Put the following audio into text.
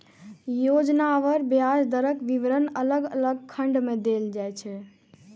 योजनावार ब्याज दरक विवरण अलग अलग खंड मे देल जाइ छै